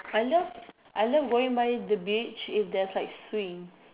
I love I love going by the beach if there's like swings